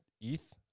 ETH